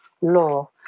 law